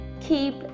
Keep